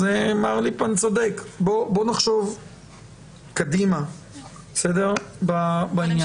אז מה ליפמן צודק בואו נחשוב קדימה בעניין הזה.